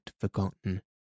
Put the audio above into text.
forgotten